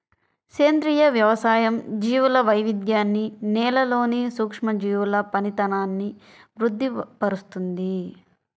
సేంద్రియ వ్యవసాయం జీవుల వైవిధ్యాన్ని, నేలలోని సూక్ష్మజీవుల పనితనాన్ని వృద్ది పరుస్తుంది